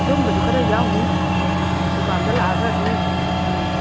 ꯑꯗꯨꯝꯕꯖꯨ ꯈꯔ ꯌꯥꯎꯅꯤ ꯗꯨꯀꯥꯟꯗ ꯂꯥꯛꯑꯒ ꯑꯗꯨꯝ ꯎꯝ